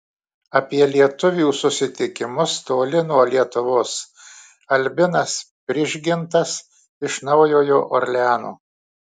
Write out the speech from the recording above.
apie lietuvių susitikimus toli nuo lietuvos albinas prižgintas iš naujojo orleano